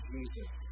Jesus